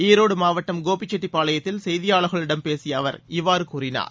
ஈரோடு மாவட்டம் கோபிச்செட்டிப்பாளையத்தில் செய்தியாளர்களிடம் பேசிய அவர் இவ்வாறு கூறினார்